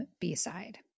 B-Side